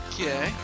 Okay